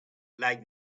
like